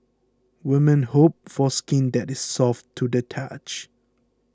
women hope for skin that is soft to the touch